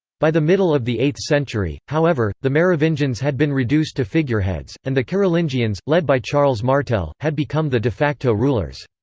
by the middle of the eighth century, however, the merovingians had been reduced to figureheads, and the carolingians, led by charles martel, had become the de facto rulers.